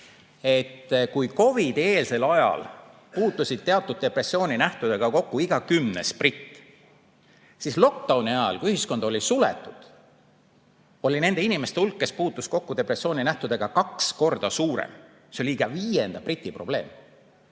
et kui COVID-i eelsel ajal puutus teatud depressiooninähtudega kokku iga kümnes britt, siislockdown'i ajal, kui ühiskond oli suletud, oli nende inimeste hulk, kes puutusid kokku depressiooninähtudega, kaks korda suurem. See oli iga viienda briti probleem.